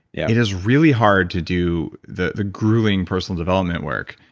yeah it is really hard to do the the grueling personal development work